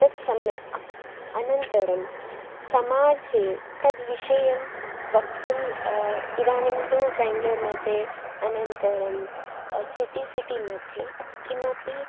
तत् सम्यक् अनन्तरं समाजे तद्विषयं वक्तुम् इदानीं तु बेङ्गळूर्मध्ये अनन्तरं सिटि सिटि मध्ये किमपि